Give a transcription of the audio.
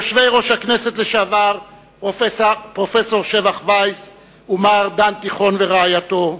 יושבי-ראש הכנסת לשעבר פרופסור שבח וייס ומר דן תיכון ורעייתו,